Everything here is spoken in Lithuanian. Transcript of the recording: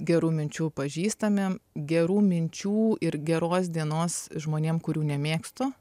gerų minčių pažįstamiem gerų minčių ir geros dienos žmonėm kurių nemėgstu